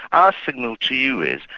our signal to you is,